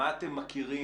מה אתם מכירים?